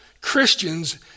Christians